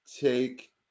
take